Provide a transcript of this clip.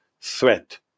threat